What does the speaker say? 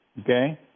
okay